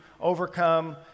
overcome